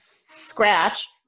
scratch